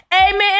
Amen